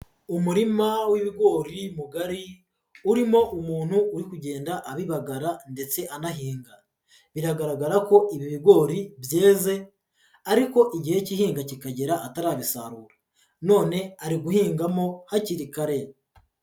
Umurima w'ibigori mugari urimo umuntu uri kugenda abibagara ndetse anahinga, biragaragara ko ibi bigori byeze ariko igihe cy'ihinga kikagera atarabisarura none ari guhingamo hakiri kare.